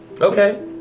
Okay